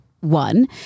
one